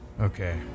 Okay